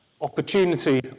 opportunity